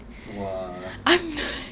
!wah!